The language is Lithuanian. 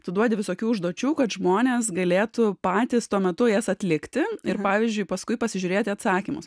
tu duodi visokių užduočių kad žmonės galėtų patys tuo metu jas atlikti ir pavyzdžiui paskui pasižiūrėt į atsakymus